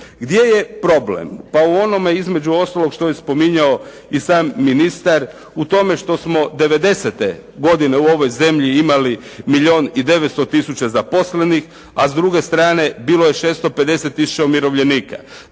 Gdje je problem? Pa u onome između ostalog što je spominjao i sam ministar u tome što smo devedesete godine u ovoj zemlji imali milijun i 900 tisuća zaposlenih, a s druge strane bilo je 650 tisuća umirovljenika.